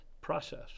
process